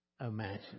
imagine